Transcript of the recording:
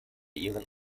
ihren